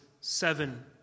seven